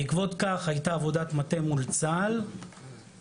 בעקבות כך הייתה עבודת מטה מול צה"ל שבמהלכה